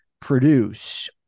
produce